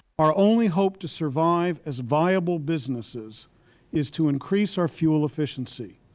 our only hope to survive as viable businesses is to increase our fuel efficiency.